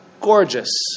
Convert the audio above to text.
gorgeous